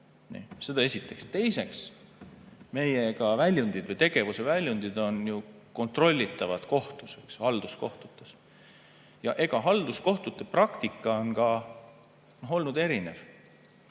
Seda esiteks. Teiseks, meie väljundid või tegevuseväljundid on kontrollitavad kohtus, halduskohtus. Halduskohtute praktika on olnud erinev: